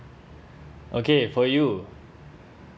okay for you